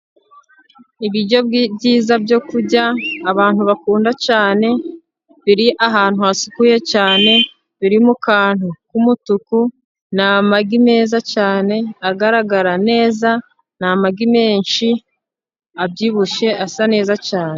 Ibiryo byiza byo kurya abantu bakunda cyane, biri ahantu hasukuye cyane, biri mu kantu k'umutuku, ni amagi meza cyane, agaragara neza, ni amagi menshi abyibushye, asa neza cyane.